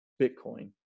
Bitcoin